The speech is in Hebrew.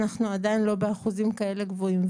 אנחנו עדיין לא באחוזים כאלה גבוהים.